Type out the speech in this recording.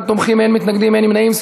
31 תומכים, אין מתנגדים ואין נמנעים.